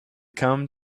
come